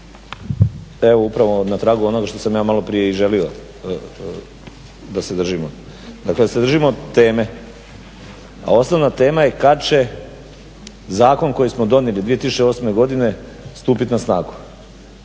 evo upravo na tragu onoga što sam ja maloprije i želio da se držimo. Dakle, da se držimo teme. A osnovna tema je kad će zakon koji smo donijeli 2008. godine stupiti na snagu?